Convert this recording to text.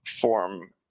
form